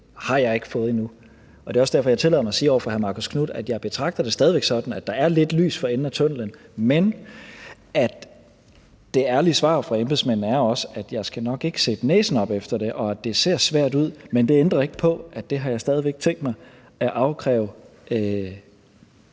har jeg ikke fået endnu sort på hvidt. Det er også derfor, jeg tillader mig at sige til hr. Marcus Knuth, at jeg stadig væk betragter det sådan, at der er lidt lys for enden af tunnellen, men at det ærlige svar fra embedsmændene også er, at jeg nok ikke skal sætte næsen op efter det, og at det ser svært ud. Men det ændrer ikke på, at jeg stadig væk har tænkt mig at afkræve